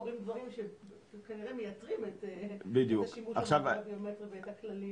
קורים דברים שכנראה מייתרים את השימוש במאגרים ביומטריים --- בדיוק.